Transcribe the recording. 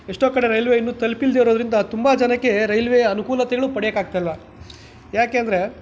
ಎಷ್ಟೋ ಕಡೆ ರೈಲ್ವೆ ಇನ್ನು ತಲ್ಪಿಲ್ದೇಯಿರೋದ್ರಿಂದ ತುಂಬ ಜನಕ್ಕೆ ರೈಲ್ವೆ ಅನುಕೂಲತೆಗಳು ಪಡೆಯಕ್ಕೆ ಆಗ್ತಾ ಇಲ್ಲ ಯಾಕೆ ಅಂದರೆ